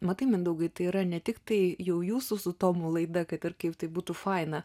matai mindaugai tai yra ne tik tai jau jūsų su tomu laida kaip ir kaip tai būtų faina